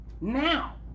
now